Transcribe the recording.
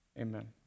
amen